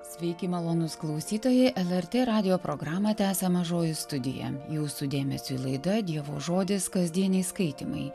sveiki malonūs klausytojai lrt radijo programą tęsia mažoji studija jūsų dėmesiui laida dievo žodis kasdieniai skaitymai